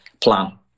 plan